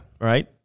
right